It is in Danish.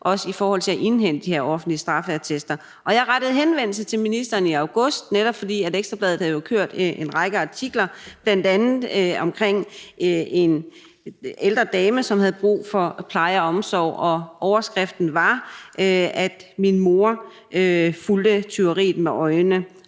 også i forhold til at indhente de her offentlige straffeattester. Jeg rettede henvendelse til ministeren i august, netop fordi Ekstra Bladet havde kørt en række artikler, bl.a. omkring en ældre dame, som havde brug for pleje og omsorg, og overskriften var: Min mor fulgte tyveriet med øjnene.